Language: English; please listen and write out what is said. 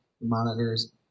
monitors